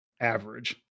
average